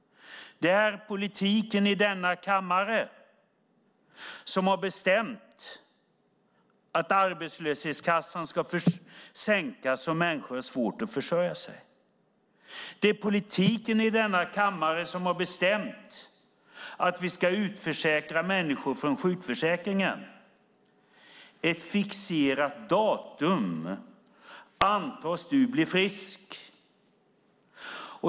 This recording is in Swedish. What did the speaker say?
Det är politiken i denna kammare som har bestämt att ersättningen från arbetslöshetskassan ska sänkas så att människor har svårt att försörja sig. Det är politiken i denna kammare som har bestämt att vi ska utförsäkra människor från sjukförsäkringen. Vid ett fixerat datum antas du bli frisk.